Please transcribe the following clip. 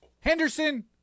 henderson